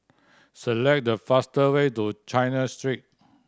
select the faster way to China Street